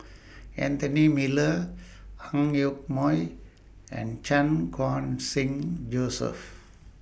Anthony Miller Ang Yoke Mooi and Chan Khun Sing Joseph